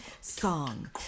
Song